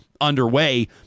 underway